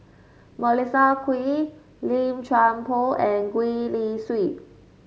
Melissa Kwee Lim Chuan Poh and Gwee Li Sui